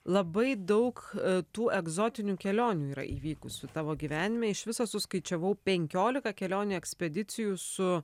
labai daug tų egzotinių kelionių yra įvykusių tavo gyvenime iš viso suskaičiavau penkiolika kelionių ekspedicijų su